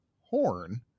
Horn